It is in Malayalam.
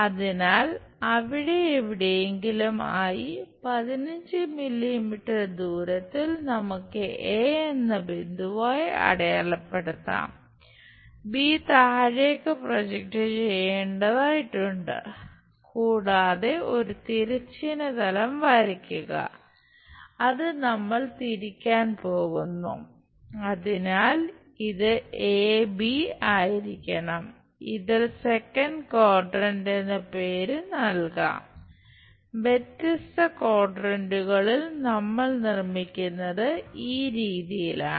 അതിനാൽ അവിടെ എവിടെയെങ്കിലും ആയി 15 മില്ലീമീറ്റർ നമ്മൾ നിർമ്മിക്കുന്നത് ഈ രീതിയിലാണ്